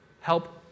help